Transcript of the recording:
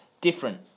different